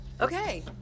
Okay